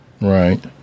right